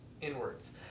inwards